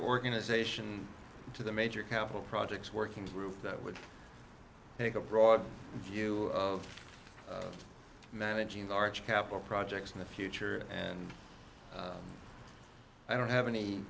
organization to the major capital projects working group that would take a broad view of managing large capital projects in the future and i don't have any